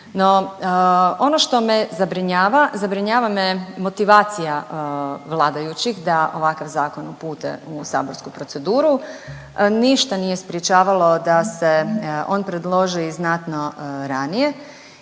ono što me zabrinjava, zabrinjava me motivacija vladajućih da ovakav zakon upute u saborsku proceduru. Ništa nije sprječavalo da se on predloži i znatno ranije.